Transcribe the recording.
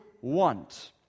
want